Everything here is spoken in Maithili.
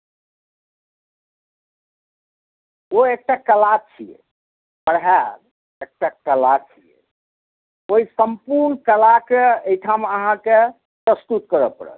ओ एकटा कला छियै पढ़ायब एकटा कला छियै ओहि सम्पूर्ण कलाकेँ ओहिठाम अहाँकेँ प्रस्तुत करय पड़त